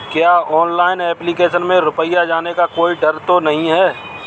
क्या online application में रुपया जाने का कोई डर तो नही है?